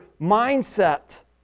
mindset